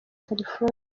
california